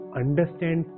understand